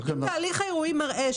אם ניתוח האירועים מראה,